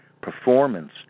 performance